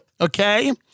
okay